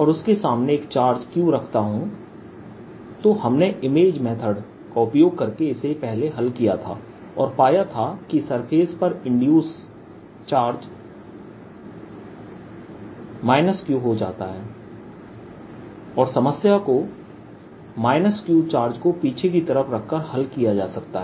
और उसके सामने एक चार्ज Q रखता हूं तो हमने इमेज मेथड का उपयोग करके इसे पहले हल किया था और पाया था कि सरफेस पर induce charge minus Q Q हो जाता है और समस्या को Q चार्ज को पीछे की तरफ रखकर हल किया जा सकता है